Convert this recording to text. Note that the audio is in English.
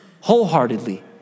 wholeheartedly